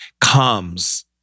comes